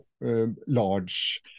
large